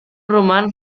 romans